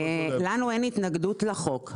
לנו אין התנגדות לחוק.